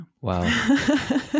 Wow